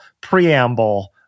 preamble